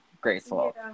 graceful